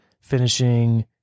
finishing